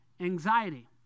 anxiety